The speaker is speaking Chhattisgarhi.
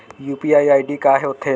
यू.पी.आई आई.डी का होथे?